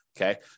Okay